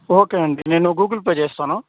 okay అండి నేను Google Pay చేస్తాను